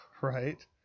right